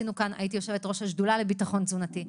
הייתי יושבת-ראש השדולה לביטחון תזונתי.